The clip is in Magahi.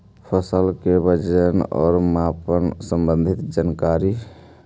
फसल के वजन और मापन संबंधी जनकारी?